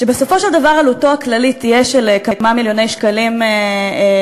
שבסופו של דבר עלותו הכללית תהיה כמה מיליוני שקלים לתיק,